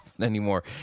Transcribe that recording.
anymore